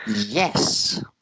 yes